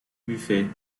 buffet